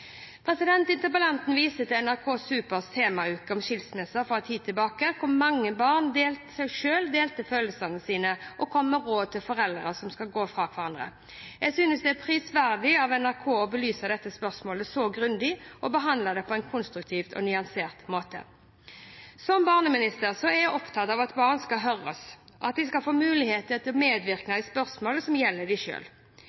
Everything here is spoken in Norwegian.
Interpellanten viste til NRK Supers temauke om skilsmisse for en tid tilbake, hvor mange barn delte følelsene sine og kom med råd til foreldre som skal gå fra hverandre. Jeg synes det er prisverdig av NRK å belyse dette spørsmålet så grundig og behandle det på en konstruktiv og nyansert måte. Som barneminister er jeg opptatt av at barn skal høres, og at de skal få muligheter til medvirkning i spørsmål som gjelder